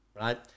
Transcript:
right